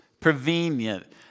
Prevenient